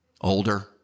older